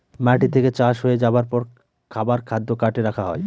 মাটি থেকে চাষ হয়ে যাবার পর খাবার খাদ্য কার্টে রাখা হয়